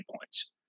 points